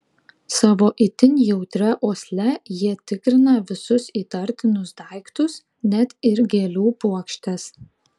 savo itin jautria uosle jie tikrina visus įtartinus daiktus net ir gėlių puokštes